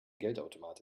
geldautomat